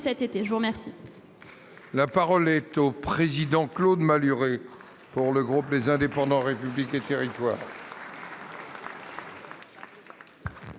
La parole est à M. Claude Malhuret, pour le groupe Les Indépendants-République et Territoires.